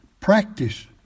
practice